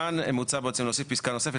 כאן מוצע בעצם להוסיף פסקה נוספת,